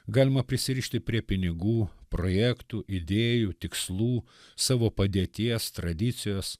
galima prisirišti prie pinigų projektų idėjų tikslų savo padėties tradicijos